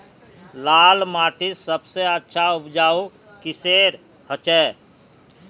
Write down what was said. लाल माटित सबसे अच्छा उपजाऊ किसेर होचए?